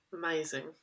Amazing